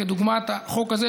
כדוגמת החוק הזה,